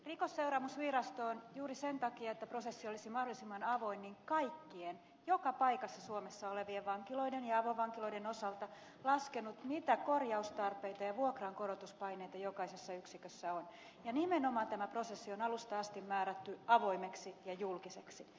rikosseuraamusvirasto on juuri sen takia että prosessi olisi mahdollisimman avoin kaikkien joka paikassa suomessa olevien vankiloiden ja avovankiloiden osalta laskenut mitä korjaustarpeita ja vuokrankorotuspaineita jokaisessa yksikössä on ja nimenomaan tämä prosessi on alusta asti määrätty avoimeksi ja julkiseksi